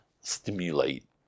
stimulate